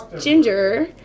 ginger